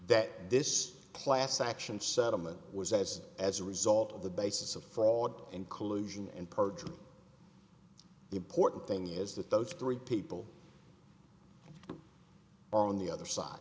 that this class action settlement was as as a result of the basis of fraud in collusion and perjury the important thing is that those three people on the other side